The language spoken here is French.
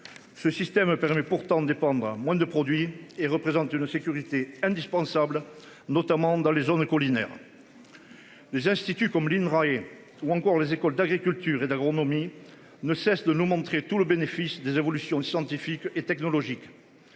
Ce système permet pourtant dépendra moins de produits et représente une sécurité indispensable notamment dans les zones collinaires. Les instituts comme line raillé ou encore les écoles d'agriculture et d'agronomie ne cesse de nous montrer tout le bénéfice des évolutions scientifiques et technologiques.